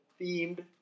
themed